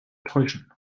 täuschen